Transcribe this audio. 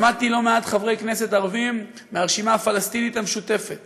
שמעתי לא מעט חברי כנסת ערבים מהרשימה הפלסטינית המשותפת